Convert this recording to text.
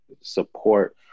support